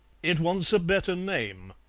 it wants a better name,